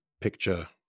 picture